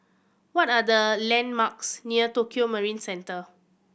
what are the landmarks near Tokio Marine Centre